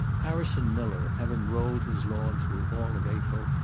harrison miller, having rolled his lawn through all of april,